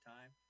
Time